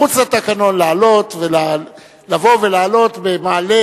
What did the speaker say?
לעלות במעלה